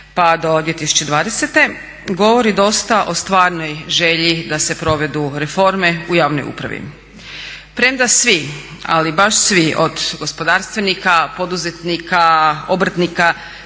pa do 2020. govori dosta o stvarnoj želji da se provedu reforme u javnoj upravi. Premda svi ali baš svi od gospodarstvenika, poduzetnika, obrtnika